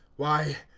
why,